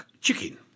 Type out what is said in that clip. chicken